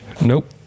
Nope